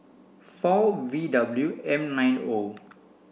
four V W M nine O